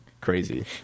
crazy